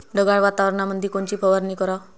ढगाळ वातावरणामंदी कोनची फवारनी कराव?